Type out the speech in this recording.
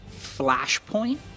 Flashpoint